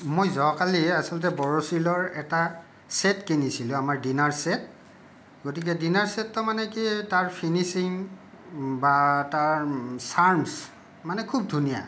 মই যোৱাকালি আচলতে বৰ'ছিলৰ এটা চেট কিনিছিলোঁ আমাৰ ডিনাৰ চেট গতিকে ডিনাৰ চেটটো মানে কি তাৰ ফিনিছিং বা তাৰ চাৰ্মচ মানে খুব ধুনীয়া